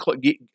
get